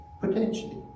potentially